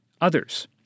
others